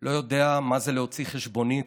לא יודע מה זה להוציא חשבונית,